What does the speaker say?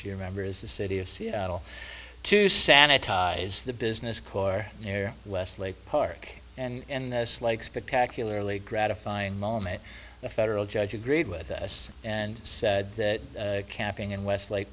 you remember as the city of seattle to sanitize the business core near westlake park and this like spectacularly gratifying moment the federal judge agreed with us and said that camping in westlake